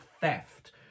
theft